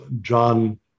John